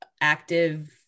active